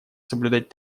соблюдать